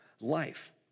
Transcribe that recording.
life